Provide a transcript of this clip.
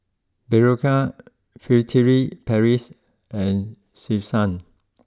Berocca Furtere Paris and Selsun